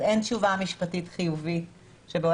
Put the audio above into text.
אז אין תשובה משפטית חיובית שמותר להם